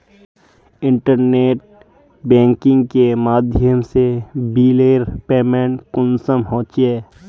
Internet banking के माध्यम से बिलेर पेमेंट कुंसम होचे?